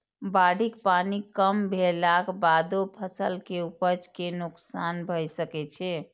बाढ़िक पानि कम भेलाक बादो फसल के उपज कें नोकसान भए सकै छै